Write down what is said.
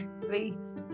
please